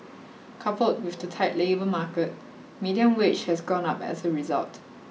coupled with the tight labour market median wage has gone up as a result